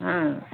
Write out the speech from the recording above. हँ